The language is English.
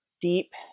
deep